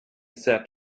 said